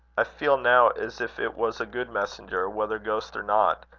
i feel now as if it was a good messenger, whether ghost or not,